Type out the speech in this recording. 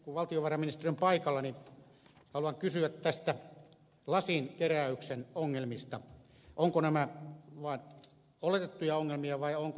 kun valtiovarainministeri on paikalla haluan kysyä lasinkeräyksen ongelmista ovatko nämä vain oletettuja ongelmia vai ovatko ne todellisia